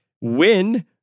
win